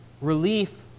relief